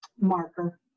marker